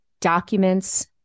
documents